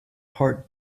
heart